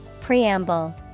Preamble